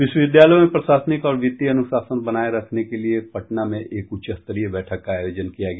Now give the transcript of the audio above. विश्वविद्यालयों में प्रशासनिक और वित्तीय अनुशासन बनाये रखने के लिए पटना में एक उच्चस्तरीय बैठक का आयोजन किया गया